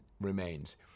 remains